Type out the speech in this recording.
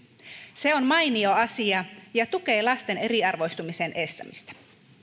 se on mainio asia ja tukee lasten eriarvoistumisen estämistä